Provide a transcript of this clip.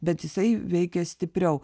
bet jisai veikia stipriau